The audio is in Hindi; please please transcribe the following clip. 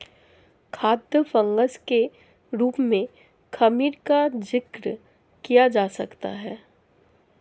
खाद्य फंगस के रूप में खमीर का जिक्र किया जा सकता है